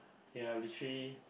ya literally